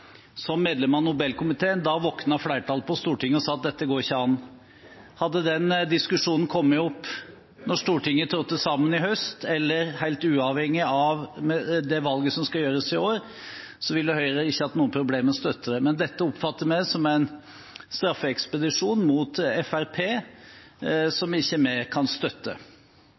som medlem av Nobelkomiteen, våknet flertallet på Stortinget og sa at dette ikke går an. Hadde den diskusjonen kommet opp da Stortinget trådte sammen i høst, eller helt uavhengig av det valget som skal gjøres i år, ville Høyre ikke hatt noen problemer med å støtte det. Men dette oppfatter vi som en straffeekspedisjon mot Fremskrittspartiet, som vi ikke kan støtte. Så vi vil ikke støtte